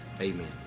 amen